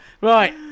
right